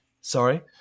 sorry